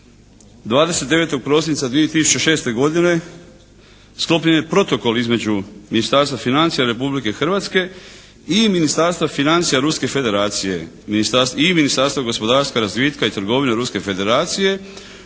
29. prosinca 2006. godine sklopljen je protokol između Ministarstva financija Republike Hrvatske i Ministarstva financija Ruske federacije i Ministarstva gospodarstva, razvitka i trgovine Ruske federacije